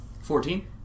Fourteen